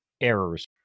Errors